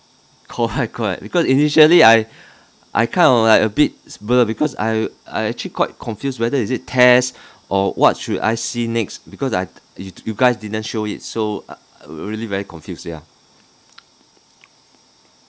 correct correct because initially I I kind of like a bit blur because I I actually quite confuse whether it is test or what should I see next because I you guys didn't show it so I really very confuse ya